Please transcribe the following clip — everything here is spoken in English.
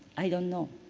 i don't know.